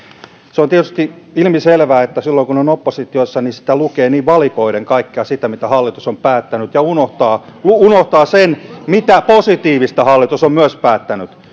se on tietysti ilmiselvää että silloin kun on oppositiossa niin sitä lukee valikoiden kaikkea sitä mitä hallitus on päättänyt ja unohtaa unohtaa sen mitä positiivista hallitus on myös päättänyt